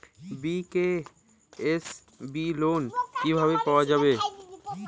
BKSB loan কিভাবে পাওয়া যাবে?